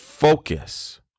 Focus